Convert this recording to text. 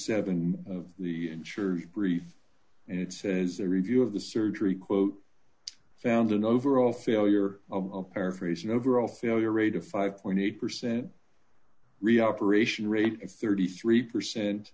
seven of the insurers brief and it says a review of the surgery d quote found an overall failure of paraphrasing overall failure rate of five eight percent re operation rate of thirty three percent